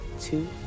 two